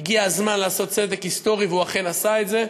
הגיע הזמן לעשות צדק היסטורי והוא אכן עשה את זה,